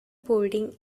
boarding